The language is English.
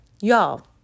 Y'all